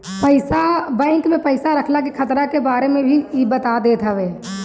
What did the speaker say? bank में पईसा रखला के खतरा के बारे में भी इ बता देत हवे